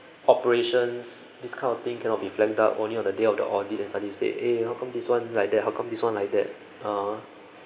operations this kind of thing cannot be flagged up only on the day of the audit and suddenly you say eh how come this one like that how come this one like that ah